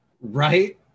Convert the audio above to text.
Right